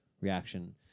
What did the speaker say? reaction